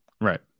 Right